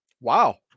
Wow